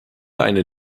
eine